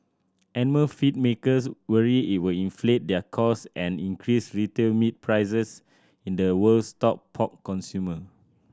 animal feed makers worry it will inflate their cost and increase retail meat prices in the world's top pork consumer